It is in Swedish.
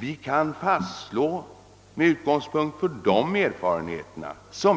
Jag hade inte en så omfattande erfarenhet när jag